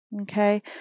Okay